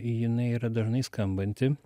jinai yra dažnai skambanti